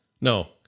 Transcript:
no